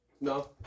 No